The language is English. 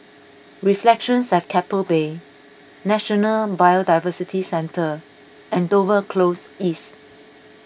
Reflections at Keppel Bay National Biodiversity Centre and Dover Close East